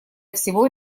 всего